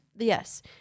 Yes